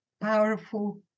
powerful